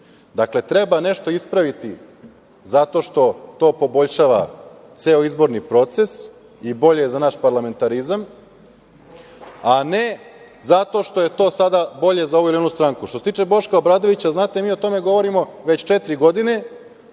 Dakle, treba nešto ispraviti zato što to poboljšava ceo izborni proces i bolje je za naš parlamentarizam, a ne zato što je to sada bolje za ovu ili onu stranku. Što se tiče Boška Obradovića, znate, mi o tome govorimo već četiri godine.